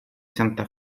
santa